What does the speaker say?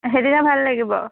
সেইদিনা ভাল লাগিব